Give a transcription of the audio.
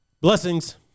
Blessings